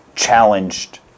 challenged